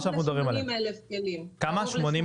קרוב ל-80,000 כלים,